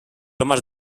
homes